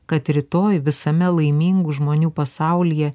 kad rytoj visame laimingų žmonių pasaulyje